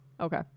Okay